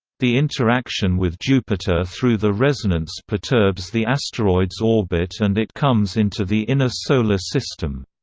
the interaction with jupiter through the resonance perturbs the asteroid's orbit and it comes into the inner solar system.